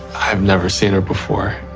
i've never seen her before.